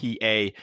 PA